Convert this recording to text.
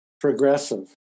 progressive